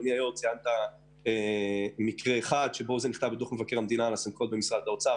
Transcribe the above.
ציינת מקרה אחד שבו נכתב בדוח על ה- -- במשרד האוצר,